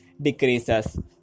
decreases